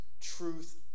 truth